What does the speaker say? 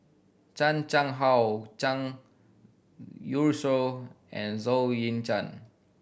Chan Chang How Zhang Youshuo and Zhou Ying Zhan